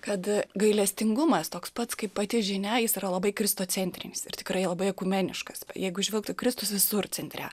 kad gailestingumas toks pats kaip pati žinia jis yra labai kristocentrinis ir tikrai labai ekumeniškas jeigu žvelgtų kristus visur centre